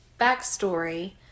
backstory